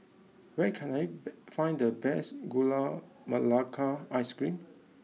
where can T find the best Gula Melaka Ice Cream